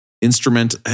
instrument